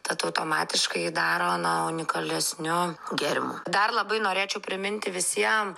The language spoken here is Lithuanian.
tad automatiškai daro na unikalesniu gėrimu dar labai norėčiau priminti visiem